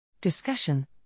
Discussion